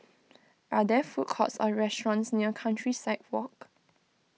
are there food courts or restaurants near Countryside Walk